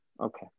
Okay